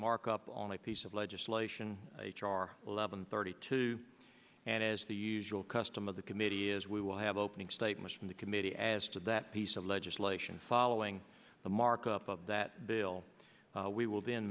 markup on a piece of legislation h r eleven thirty two and as the usual custom of the committee is we will have opening statements from the committee as to that piece of legislation following the markup of that bill we will then